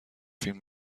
فیلم